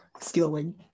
Stealing